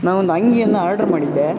ನಾನು ಒಂದು ಅಂಗಿಯನ್ನು ಆರ್ಡ್ರ್ ಮಾಡಿದ್ದೆ